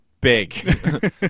big